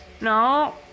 No